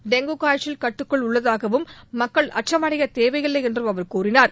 dengue காய்ச்சல் கட்டுக்குள் உள்ளதாகவும் மக்கள் அச்சமடையத் தேவையில்லை என்றும் அவர் கூறினார்